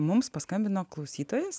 mums paskambino klausytojas